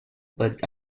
but